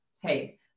hey